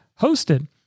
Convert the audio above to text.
hosted